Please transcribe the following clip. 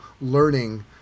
learning